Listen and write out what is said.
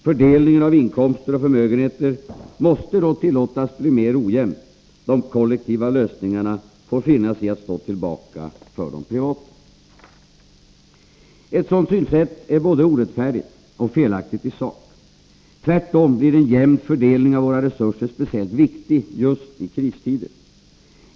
Fördelningen av inkomster och förmögenheter måste då tillåtas bli mer ojämn; de kollektiva lösningarna får finna sig i att stå tillbaka för de privata. Ett sådant synsätt är både orättfärdigt och felaktigt i sak. Tvärtom blir en jämn fördelning av våra resurser speciellt viktig just i kristider.